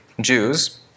Jews